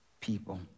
people